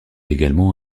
également